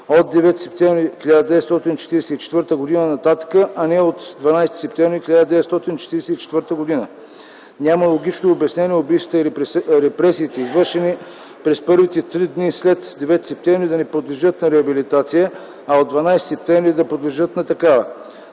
от 9 септември 1944 г. нататък, а не от 12 септември 1944 г. Няма логично обяснение убийствата и репресиите, извършени през първите три дни след 9 септември да не подлежат на реабилитация, а от 12 септември да подлежат на такава.